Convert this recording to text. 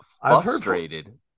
frustrated